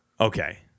Okay